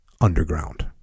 underground